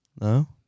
No